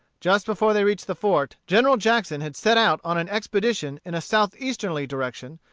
just before they reached the fort, general jackson had set out on an expedition in a southeasterly direction,